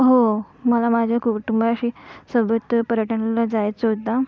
हो मला माझ्या कुटुंबाशी सोबत पर्यटनाला जायचं होता